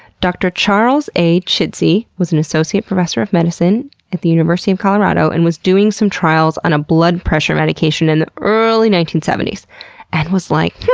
dr. charles a. chidsey was an associate professor of medicine at the university of colorado, and was doing some trials on a blood pressure medication in the early nineteen seventy s and he was like, yeah